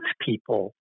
people